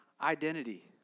Identity